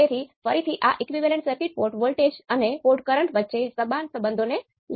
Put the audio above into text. તેથી હું એક આદર્શ ઓપ એમ્પ અથવા A0 અનંત પર જ હોય છે